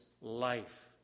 life